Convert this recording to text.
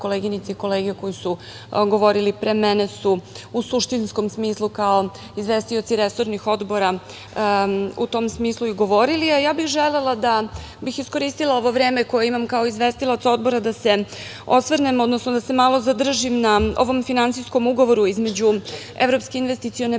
koleginice i kolege koji su govorili pre mene su u suštinskom smislu kao izvestioci resornih odbora u tom smislu i govorili. Želela bih da iskoristim ovo vreme koje imam kao izvestilac Odbora da se osvrnem, odnosno da se malo zadržim na ovom finansijskom Ugovoru između Evropske investicione